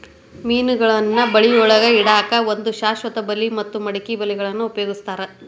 ಮೇನಗಳನ್ನ ಬಳಿಯೊಳಗ ಹಿಡ್ಯಾಕ್ ಒಂದು ಶಾಶ್ವತ ಬಲಿ ಮತ್ತ ಮಡಕಿ ಬಲಿಗಳನ್ನ ಉಪಯೋಗಸ್ತಾರ